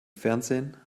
fernsehen